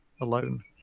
alone